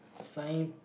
sign